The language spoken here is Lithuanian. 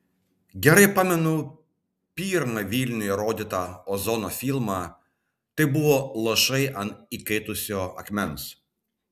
gerai pamenu pirmą vilniuje rodytą ozono filmą tai buvo lašai ant įkaitusio akmens